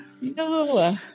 no